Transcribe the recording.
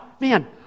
man